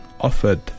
offered